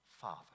father